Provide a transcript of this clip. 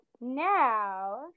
Now